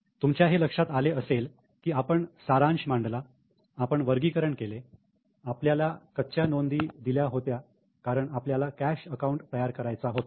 तुमच्या हे लक्षात आले असेल कि आपण सारांश मांडला आपण वर्गीकरण केले आपल्याला कच्च्या नोंदी दिल्या होत्या कारण आपल्याला कॅश अकाऊंट तयार करायचा होता